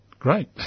Great